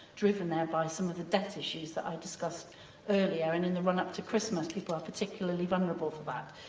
driven there by some of the debt issues that i discussed earlier. and in the run-up to christmas, people are particularly vulnerable to that.